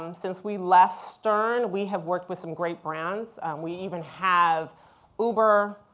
um since we left stern, we have worked with some great brands. we even have uber,